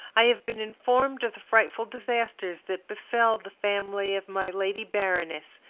i have been informed of the frightful disasters that befell the family of my lady baroness,